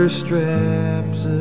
straps